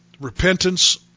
repentance